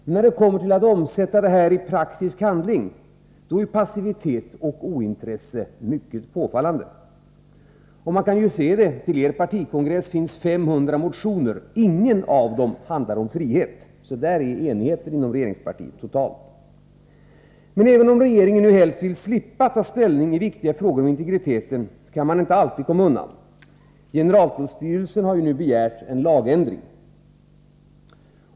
Men när det kommer till att man skall omsätta detta nya intresse i praktisk handling är passiviteten och ointresset mycket påfallande. Till er partikongress har det väckts 500 motioner. Ingen av dem handlar om frihet. På den punkten är enigheten inom regeringspartiet total. Även om regeringen helst vill slippa att ta ställning i viktiga frågor om integriteten, kan den inte alltid komma undan. Generaltullstyrelsen har nu begärt en lagändring.